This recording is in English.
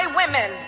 women